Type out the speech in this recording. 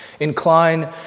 Incline